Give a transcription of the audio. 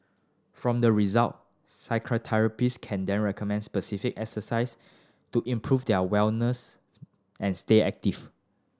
from the result physiotherapist can then recommend specific exercise to improve their and stay active